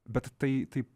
bet tai tai